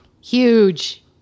Huge